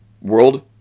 World